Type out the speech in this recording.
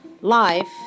Life